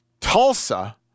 Tulsa